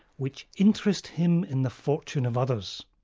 which interest him in the fortune of others,